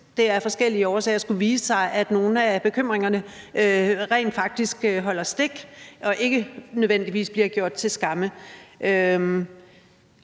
det af forskellige årsager skulle vise sig, at nogle af bekymringerne rent faktisk holder stik og ikke nødvendigvis bliver gjort til skamme.